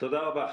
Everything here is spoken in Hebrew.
תודה רבה.